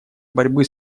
борьбы